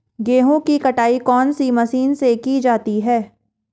गेहूँ की कटाई कौनसी मशीन से की जाती है?